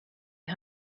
you